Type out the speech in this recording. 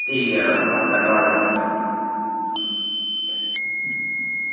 ठीक ऐ डॉक्टर साहब चंगा फिर